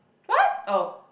what oh